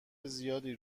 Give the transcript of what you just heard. زیادی